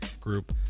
group